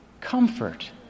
comfort